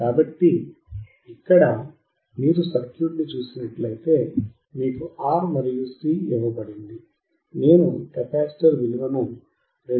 కాబట్టి ఇక్కడ మీరు సర్క్యూట్ ని చూసినట్లయితే మీకు R మరియు C ఇవ్వబడింది నేను కెపాసిటర్ విలువను 2